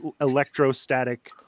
electrostatic